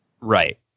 Right